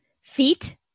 Feet